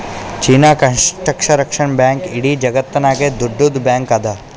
China construction bank ಇಡೀ ಜಗತ್ತನಾಗೆ ದೊಡ್ಡುದ್ ಬ್ಯಾಂಕ್ ಅದಾ